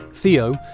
Theo